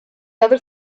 other